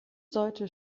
sollte